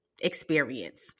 experience